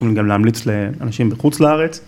וגם להמליץ לאנשים בחוץ לארץ.